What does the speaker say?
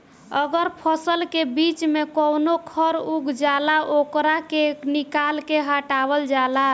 अगर फसल के बीच में कवनो खर उग जाला ओकरा के निकाल के हटावल जाला